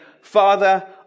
Father